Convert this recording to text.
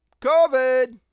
COVID